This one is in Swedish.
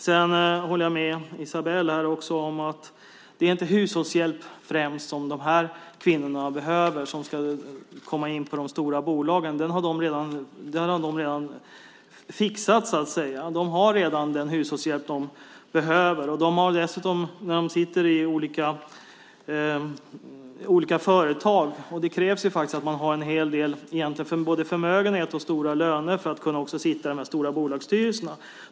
Jag håller med Esabelle om att det inte främst är hushållshjälp de kvinnor som ska komma in på de stora bolagen behöver. Den har de redan fixat. De har redan den hushållshjälp de behöver. Dessutom måste man ha både förmögenhet och hög lön för att kunna sitta i de stora bolagsstyrelserna.